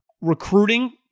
recruiting